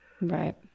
Right